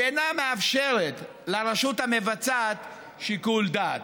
שאינה מאפשרת לרשות המבצעת שיקול דעת.